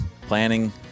Planning